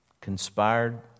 conspired